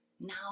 now